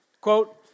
Quote